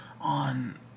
on